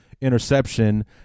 interception